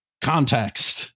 context